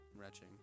retching